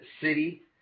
city